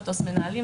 מטוס מנהלים,